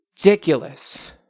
Ridiculous